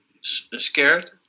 scared